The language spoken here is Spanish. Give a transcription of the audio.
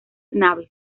naves